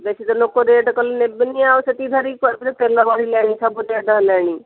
ବେଶୀ ତ ଲୋକ ରେଟ୍ କଲେ ନେବେନି ଆଉ ସେଥିରେ ତେଲ ବଢ଼ିଲାଣି ସବୁ ରେଟ୍ ହେଲାଣି